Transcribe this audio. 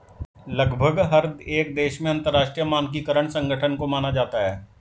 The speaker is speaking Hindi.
लगभग हर एक देश में अंतरराष्ट्रीय मानकीकरण संगठन को माना जाता है